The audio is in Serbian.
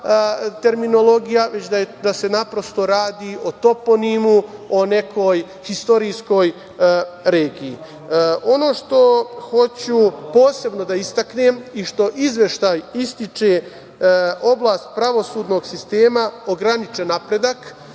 terminologija već da se naprosto radi o toponimu, o nekoj istorijskoj regiji. Ono što hoću posebno da istaknem i što Izveštaj ističe - oblast pravosudnog sistema, ograničen napredak.